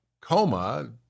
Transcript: coma